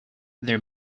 their